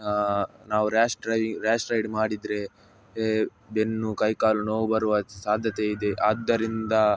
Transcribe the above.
ನಾವು rash driving rash ride ಮಾಡಿದರೆ ಬೆನ್ನು ಕೈ ಕಾಲು ನೋವು ಬರುವ ಸಾಧ್ಯತೆಯಿದೆ ಆದ್ದರಿಂದ